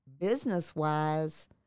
business-wise